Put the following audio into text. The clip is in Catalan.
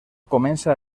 comença